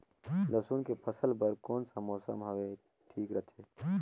लसुन के फसल बार कोन सा मौसम हवे ठीक रथे?